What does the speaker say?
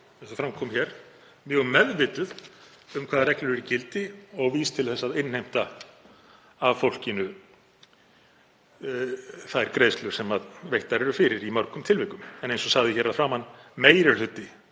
eins og fram kom hér, mjög meðvituð um hvaða reglur eru í gildi og vísir til þess að innheimta af fólkinu þær greiðslur sem veittar eru fyrir í mörgum tilvikum, en eins og sagði hér að framan þá kemur meiri hluti